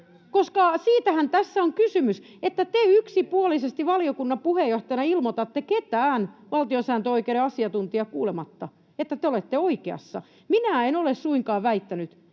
Koska siitähän tässä on kysymys, että te yksipuolisesti valiokunnan puheenjohtajana ilmoitatte ketään valtiosääntöoikeuden asiantuntijaa kuulematta, että te olette oikeassa. Minä en ole suinkaan väittänyt,